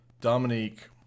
Dominique